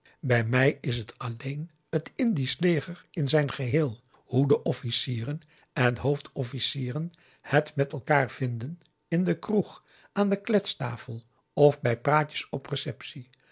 bij mij is het alleen t indisch leger in zijn geheel hoe de officieren en hoofdofficieren het met elkaar vinden in de kroeg aan de kletstafel of bij praatjes op receptie